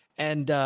and, ah,